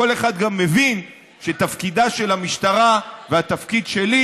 כל אחד גם מבין שתפקידה של המשטרה והתפקיד שלי